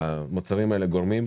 שהמוצרים האלה גורמים,